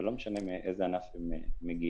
ולא משנה מאיזה ענף הם מגיעים.